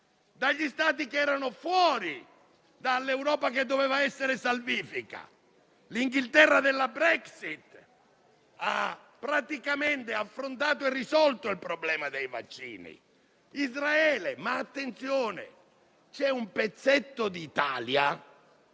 dagli Stati che erano fuori da quell'Europa che doveva essere salvifica? Il Regno Unito della Brexit ha praticamente affrontato e risolto il problema dei vaccini; anche Israele. Ma attenzione, perché c'è un pezzetto di Italia